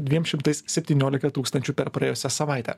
dviem šimtais septyniolika tūkstančių per praėjusią savaitę